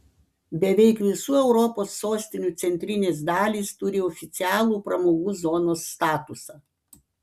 beveik visų europos sostinių centrinės dalys turi oficialų pramogų zonos statusą